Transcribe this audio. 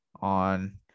on